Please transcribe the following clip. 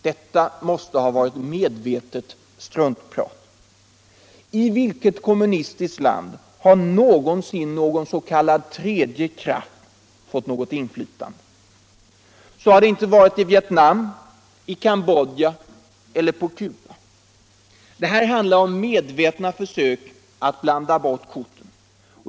Detta måste ha varit medvetet struntprat. I vilket kommunistiskt land har någonsin någon s.k. tredje krafi fått något inflytande? Så har det inte varit i Vietnam, i Cambodja eller på Cuba. Det handlar här om medvetna försök att blanda bort korten.